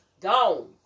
gone